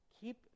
keep